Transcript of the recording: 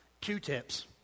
Q-tips